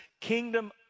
kingdom